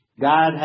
God